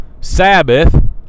sabbath